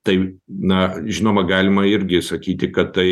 tai na žinoma galima irgi sakyti kad tai